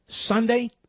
Sunday